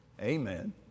Amen